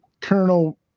Colonel